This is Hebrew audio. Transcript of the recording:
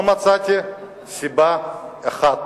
לא מצאתי סיבה אחת,